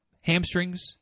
hamstrings